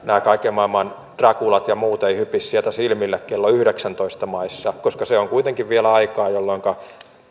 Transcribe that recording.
nämä kaiken maailman draculat ja muut eivät hypi sieltä silmille kello yhdeksäntoista maissa koska se on kuitenkin vielä aikaa jolloinka